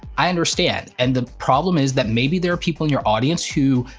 i understand, and the problems is that maybe there are people in your audience who,